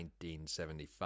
1975